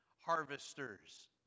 harvesters